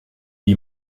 die